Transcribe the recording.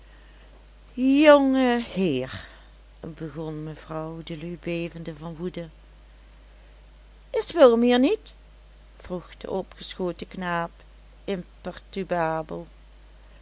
jongeheer begon mevrouw deluw bevende van woede is willem hier niet vroeg de opgeschoten knaap